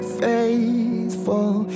faithful